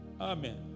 Amen